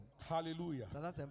Hallelujah